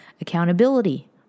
accountability